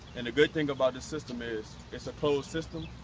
and the good thing about this system is it's a closed system,